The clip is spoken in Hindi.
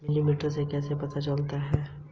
आर.टी.जी.एस में कितना टाइम लग जाएगा?